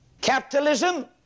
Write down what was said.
Capitalism